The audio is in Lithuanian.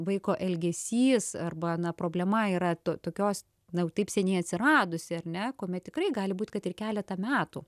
vaiko elgesys arba na problema yra to tokios na taip seniai atsiradusi ar ne kuomet tikrai gali būt kad ir keletą metų